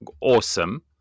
Awesome